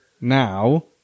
now